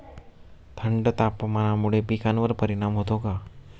थंड तापमानामुळे पिकांवर परिणाम होतो का?